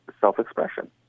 self-expression